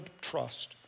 trust